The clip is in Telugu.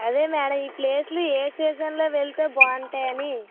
అదే మేడం ఈ ప్లేస్లు ఏ సీజన్ లో వెళ్తే బాగుంటాయి అని